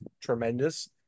tremendous